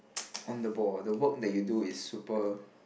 on the ball the work that you do is super